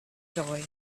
joy